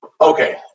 okay